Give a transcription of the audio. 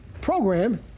program